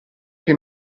che